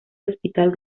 hospital